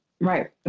right